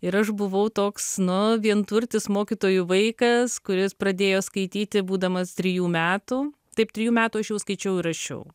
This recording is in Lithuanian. ir aš buvau toks nu vienturtis mokytojų vaikas kuris pradėjo skaityti būdamas trijų metų taip trijų metų aš jau skaičiau ir rašiau